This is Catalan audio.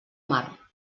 mar